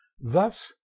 Thus